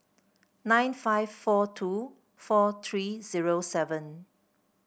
nine five four two four three zero seven